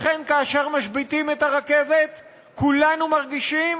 לכן כאשר משביתים את הרכבת כולנו מרגישים,